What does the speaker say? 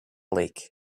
lake